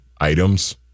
items